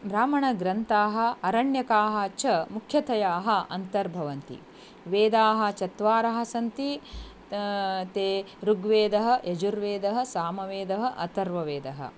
ब्राह्मणग्रन्थाः अरण्यकाः च मुख्यतयाः अन्तर्भवन्ति वेदाः चत्वारः सन्ति ते ऋग्वेदः यजुर्वेदः सामवेदः अतर्ववेदः